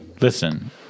listen